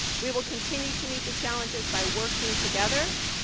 we will continue to meet the challenges by working together.